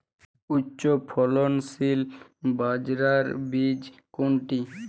উচ্চফলনশীল বাজরার বীজ কোনটি?